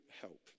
help